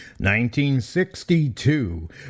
1962